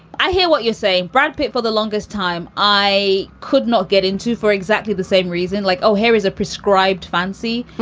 i hear what you're saying brad pitt, for the longest time, i could not get into for exactly the same reason. like oh, here is a prescribed fancy.